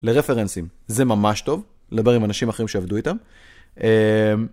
לרפרנסים, זה ממש טוב, לדבר עם אנשים אחרים שעבדו איתם.